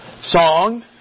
song